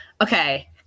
Okay